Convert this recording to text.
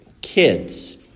kids